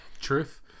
truth